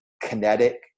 kinetic